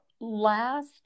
last